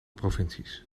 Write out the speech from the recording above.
provincies